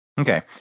Okay